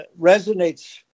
resonates